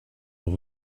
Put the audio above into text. dans